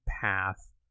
path